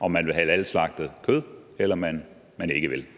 om man vil have halalslagtet kød, eller om man ikke vil?